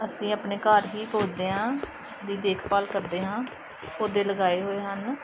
ਅਸੀਂ ਆਪਣੇ ਘਰ ਹੀ ਪੌਦਿਆਂ ਦੀ ਦੇਖਭਾਲ ਕਰਦੇ ਹਾਂ ਪੌਦੇ ਲਗਾਏ ਹੋਏ ਹਨ